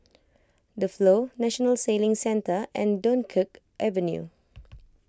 the Flow National Sailing Centre and Dunkirk Avenue